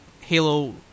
Halo